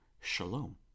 shalom